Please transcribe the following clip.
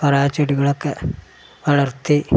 പല ചെടികളൊക്കെ വളർത്തി